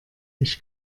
ich